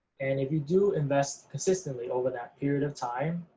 and if you do invest consistently over that period of time,